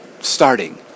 starting